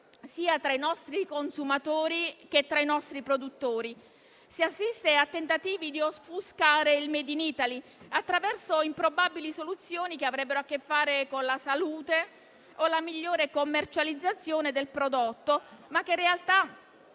sia tra i nostri consumatori che tra i nostri produttori. Si assiste a tentativi di offuscare il *made in Italy* attraverso improbabili soluzioni che avrebbero a che fare con la salute o la migliore commercializzazione del prodotto, ma che in realtà